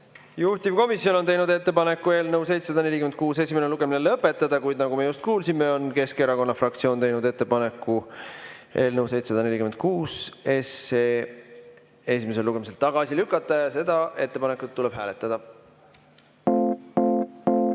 Juhtivkomisjon on teinud ettepaneku eelnõu 746 esimene lugemine lõpetada, kuid nagu me just kuulsime, on Keskerakonna fraktsioon teinud ettepaneku eelnõu 746 esimesel lugemisel tagasi lükata. Seda ettepanekut tuleb hääletada. Head